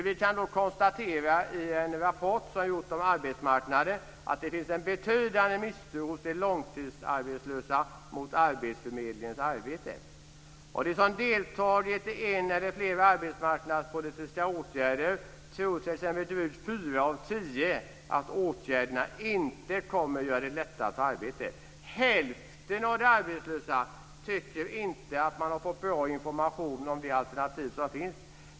Vi kan konstatera att det enligt en rapport som gjorts om arbetsmarknaden finns en betydande misstro hos de långtidsarbetslösa mot arbetsförmedlingens arbete. Av dem som deltagit i en eller flera arbetsmarknadspolitiska åtgärder tror t.ex. drygt fyra av tio att åtgärderna inte kommer att göra det lättare att få arbete. Hälften av de arbetslösa tycker inte att de har fått bra information om de alternativ som finns.